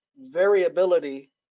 variability